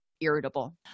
irritable